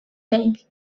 değil